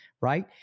right